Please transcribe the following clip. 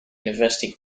university